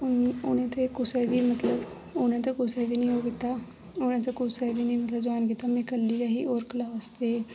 उ'नें ते कुसै बी मतलब उ'नें ते कुसै बी नि ओह् कीता उ'नें ते कुसै गी बी नेईं मतलब जोइन कीता में कल्ली गै ही होर कला वास्तै